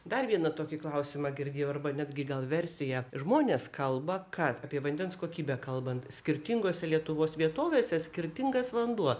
dar vieną tokį klausimą girdėjau arba netgi gal versiją žmonės kalba kad apie vandens kokybę kalbant skirtingose lietuvos vietovėse skirtingas vanduo